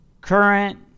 current